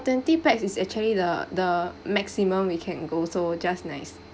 twenty pax is actually the the maximum we can go so just nice